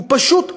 הוא פשוט עצום,